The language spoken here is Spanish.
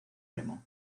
remo